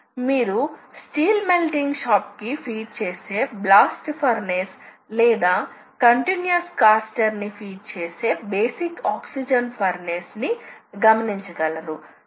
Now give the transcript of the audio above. ఇది చాలా వేగవంతమైన ఆపరేషన్ అవుతుంది ప్రతికూలతలు ఆక్కూరసీ ఫ్లెక్సిబిలిటీ మరియు ఆక్కూరసీ ప్రతికూలత సంబంధిత ప్రతికూలతలలో ఒకటి ఖర్చు కావచ్చు కాబట్టి ఈ యంత్రాలు చాలా ఖరీదైనవి మరియు చాలా ఎక్కువ ఖర్చు మరియు నిర్వహణను కలిగి ఉంటాయి